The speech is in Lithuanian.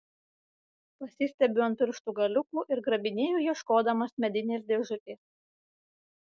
pasistiebiu ant pirštų galiukų ir grabinėju ieškodamas medinės dėžutės